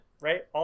right